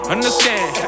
Understand